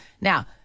Now